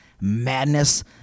madness